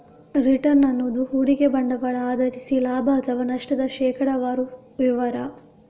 return ಅನ್ನುದು ಹೂಡಿಕೆ ಬಂಡವಾಳ ಆಧರಿಸಿ ಲಾಭ ಅಥವಾ ನಷ್ಟದ ಶೇಕಡಾವಾರು ವಿವರ